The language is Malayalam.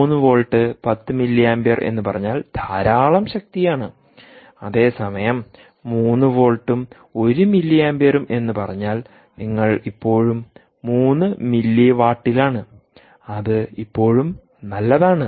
3വോൾട്ട് 10 മില്ലി ആമ്പിയർ എന്ന് പറഞ്ഞാൽ ധാരാളം ശക്തിയാണ് അതേസമയം 3 വോൾട്ടും 1 മില്ലി ആമ്പിയറും എന്ന്പറഞ്ഞാൽ നിങ്ങൾ ഇപ്പോഴും 3 മില്ലി വാട്ടിലാണ് അത് ഇപ്പോഴും നല്ലതാണ്